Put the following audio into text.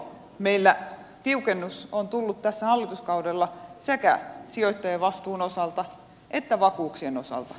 meillä tiukennus on tullut tällä hallituskaudella sekä sijoittajavastuun osalta että vakuuksien osalta